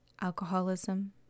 Alcoholism